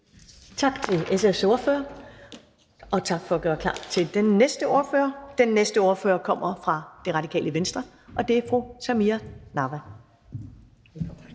Tak til SF's ordfører, og tak for at gøre klar til den næste ordfører. Den næste ordfører kommer fra Radikale Venstre, og det er fru Samira Nawa.